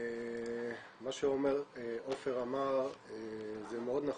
מה שעופר אמר מאוד נכון,